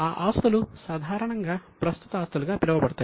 ఆ ఆస్తులు సాధారణంగా ప్రస్తుత ఆస్తులు గా పిలువబడతాయి